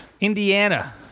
Indiana